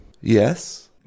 Yes